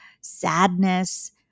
sadness